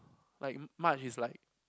like March is like